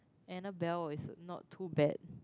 Annabelle is not too bad